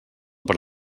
per